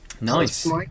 Nice